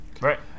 Right